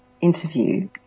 interview